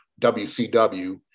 WCW